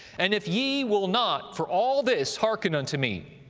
and if ye will not for all this hearken unto me,